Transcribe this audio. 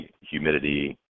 humidity